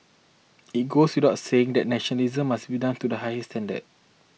it goes without saying that nationalisation must be done to the highest standards